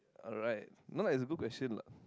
alright no it's a good question lah